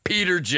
Peter